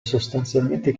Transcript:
sostanzialmente